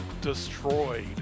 Destroyed